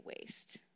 waste